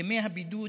ימי הבידוד.